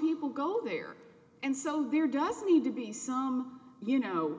people go there and so there does need to be some you know